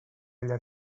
allà